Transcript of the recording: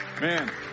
Man